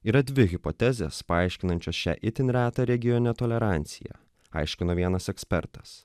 yra dvi hipotezes paaiškinančias šią itin retą regione toleranciją aiškino vienas ekspertas